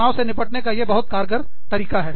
तनाव से निपटने का यह बहुत कारगर तरीका है